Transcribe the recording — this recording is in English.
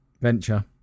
venture